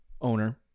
owner